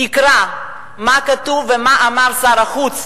תקרא מה כתוב ומה אמר שר החוץ,